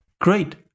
Great